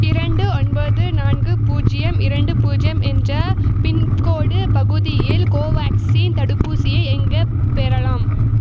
இரண்டு ஒன்பது நான்கு பூஜ்ஜியம் இரண்டு பூஜ்ஜியம் என்ற பின்கோடு பகுதியில் கோவேக்சின் தடுப்பூசியை எங்கே பெறலாம்